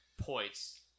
points